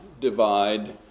divide